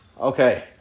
Okay